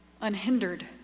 unhindered